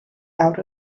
out